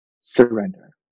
surrender